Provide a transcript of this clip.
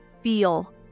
feel